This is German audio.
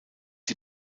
die